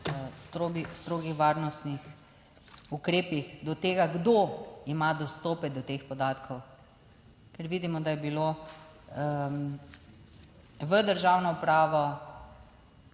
strogih varnostnih ukrepih do tega, kdo ima dostope do teh podatkov, ker vidimo, da je bilo v državno upravo